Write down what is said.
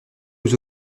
aux